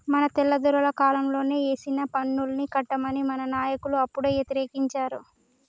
మన తెల్లదొరల కాలంలోనే ఏసిన పన్నుల్ని కట్టమని మన నాయకులు అప్పుడే యతిరేకించారు